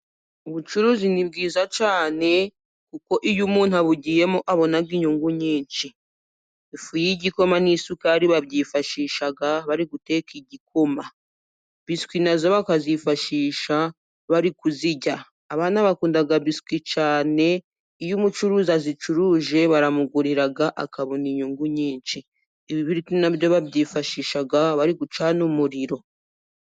Ubucuruzi ni bwiza cyane， kuko iyo umuntu abugiyemo abona inyungu nyinshi. Ifu y'igikoma n'isukari，babyifashisha bari guteka igikoma，biswi nazo bakazifashisha bari kuzirya. Abana bakunda biswi cyane，iyo umucuruzi azicuruje baramugurira akabona inyungu nyinshi. Ibibiriti nabyo babyifashisha bari gucana umuriro.